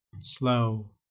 slow